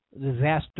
disaster